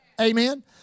Amen